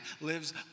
lives